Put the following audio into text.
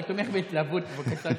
אני תומך בהתלהבות, בוסו, בבקשה שלך.